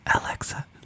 Alexa